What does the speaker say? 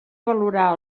valorar